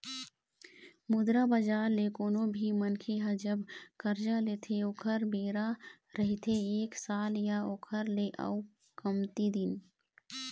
मुद्रा बजार ले कोनो भी मनखे ह जब करजा लेथे ओखर बेरा रहिथे एक साल या ओखर ले अउ कमती दिन